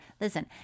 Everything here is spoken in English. Listen